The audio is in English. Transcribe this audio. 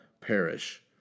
perish